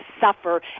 suffer